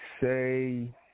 say